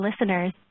listeners